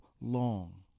long